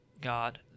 God